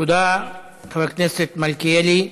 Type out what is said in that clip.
תודה, חבר הכנסת מלכיאלי.